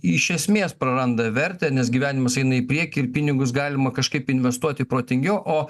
iš esmės praranda vertę nes gyvenimas eina į priekį ir pinigus galima kažkaip investuoti protingiau o